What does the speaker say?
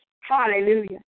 Hallelujah